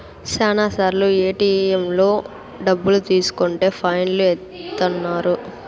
శ్యానా సార్లు ఏటిఎంలలో డబ్బులు తీసుకుంటే ఫైన్ లు ఏత్తన్నారు